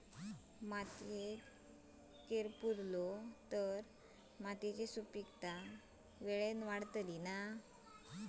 मातयेत कैर पुरलो तर मातयेची सुपीकता की वेळेन वाडतली?